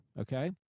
Okay